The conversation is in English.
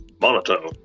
monotone